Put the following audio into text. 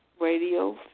radio